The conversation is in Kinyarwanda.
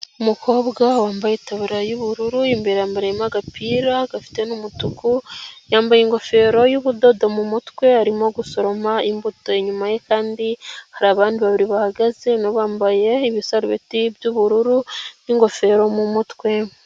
Umukobwa wambaye itaburiya y'ubururu, imbere yambariyemo agapira gafite n'umutuku, yambaye ingofero y'ubudodo mu mutwe arimo gusoroma imbuto, inyuma ye kandi hari abandi babiri bahagaze na bo bambaye ibisarubeti by'ubururu n'ingofero mu mutwe.